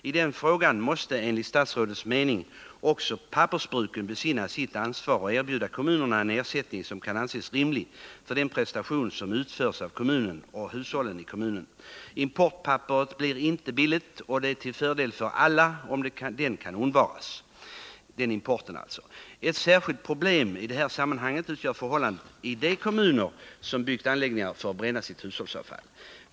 I den frågan måste enligt statsrådets mening också pappersbruken besinna sitt ansvar och erbjuda kommunerna en ersättning som kan anses rimlig för den prestation som utförs av resp. kommun och av hushållen i resp. kommun. Importpapper blir inte billigt, och det är till fördel för alla om en sådan import kan undvikas. Ett särskilt problem i detta sammanhang utgör förhållandet i de kommuner som byggt anläggningar för att bränna sitt hushållsavfall.